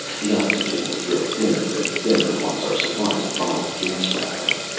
the oxygen would grow thinner and thinner, once our supplies of bottled gas ran out.